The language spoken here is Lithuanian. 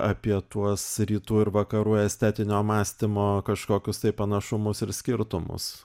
apie tuos rytų ir vakarų estetinio mąstymo kažkokius tai panašumus ir skirtumus